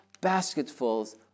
basketfuls